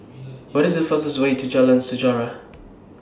What IS The fastest Way to Jalan Sejarah